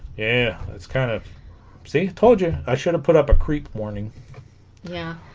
yeah that's kind of see told you i should have put up a creep morning yeah